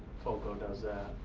foco does